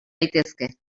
gaitezke